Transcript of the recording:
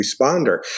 responder